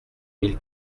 mille